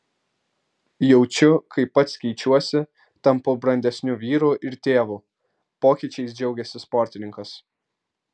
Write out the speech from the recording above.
jaučiu kaip pats keičiuosi tampu brandesniu vyru ir tėvu pokyčiais džiaugėsi sportininkas